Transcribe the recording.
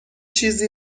چیزی